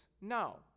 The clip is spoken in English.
no